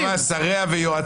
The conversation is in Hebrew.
רבנות בהתחלה קבעה שריה ויועציה.